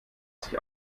sich